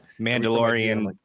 Mandalorian